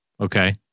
Okay